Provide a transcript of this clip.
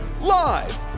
live